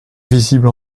visible